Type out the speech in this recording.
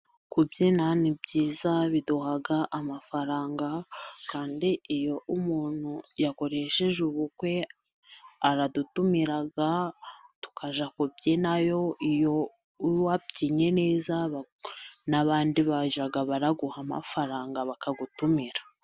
Kubyina ni byiza biduha amafaranga, kandi iyo umuntu yakoresheje ubukwe aradutumira tukaja kubyina yo. Iyo wabyinnye neza n'abandi bajya baraguha amafaranga bakagutumira.